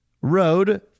road